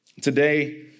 Today